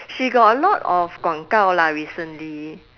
she got a lot of 广告：guang gao lah recently